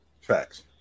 Facts